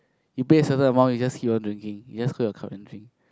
you pay a certain amount you just keep on drinking you just hold your cup and drink